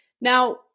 Now